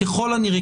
כדרך אגב,